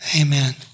Amen